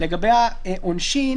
לגבי העונשין